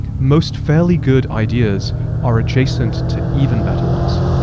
most fairly good ideas are adjacent to even better ones.